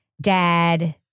dad